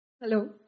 Hello